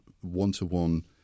one-to-one